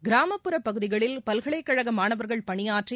கிராமப்புறப் பகுதிகளில் பல்கலைக்கழக மாணவர்கள் பணியாற்றி